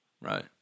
right